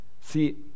see